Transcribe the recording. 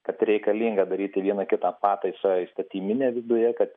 kad reikalinga daryti vieną kitą pataisą įstatyminę viduje kad